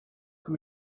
can